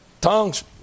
tongues